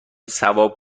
ثواب